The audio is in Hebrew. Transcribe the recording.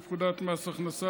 לפרוטוקול,